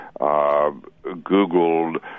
Googled